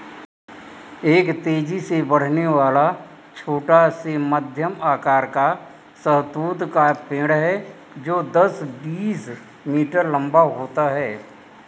एक तेजी से बढ़ने वाला, छोटा से मध्यम आकार का शहतूत का पेड़ है जो दस, बीस मीटर लंबा होता है